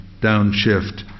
downshift